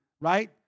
right